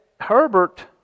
Herbert